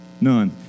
None